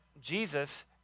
Jesus